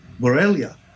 Borrelia